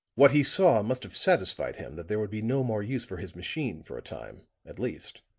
what he saw must have satisfied him that there would be no more use for his machine for a time, at least